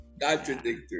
contradictory